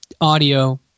audio